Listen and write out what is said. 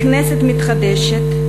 מכנסת מתחדשת,